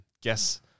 guess